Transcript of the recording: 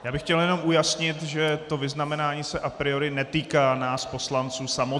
Já bych chtěl jenom ujasnit, že to vyznamenání se a priori netýká nás poslanců samotných.